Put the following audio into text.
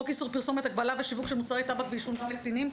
חוק איסור פרסומת הגבלה ושיווק של מוצרי טבק ועישון לקטינים,